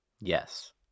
Yes